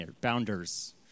bounders